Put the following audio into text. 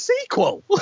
sequel